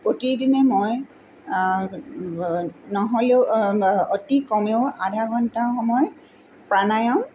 প্ৰতি দিনে মই নহ'লেও অতি কমেও আধা ঘণ্টা সময় প্ৰাণায়াম